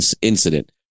incident